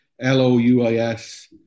L-O-U-I-S